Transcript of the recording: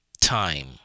time